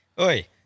Oi